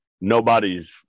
Nobody's